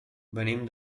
venim